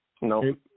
No